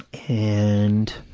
and